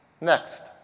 Next